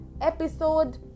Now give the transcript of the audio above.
episode